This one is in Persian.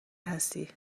هستی